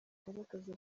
kigaragaza